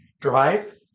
drive